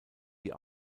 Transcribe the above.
die